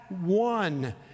one